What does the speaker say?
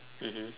mmhmm